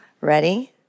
Ready